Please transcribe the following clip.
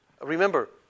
Remember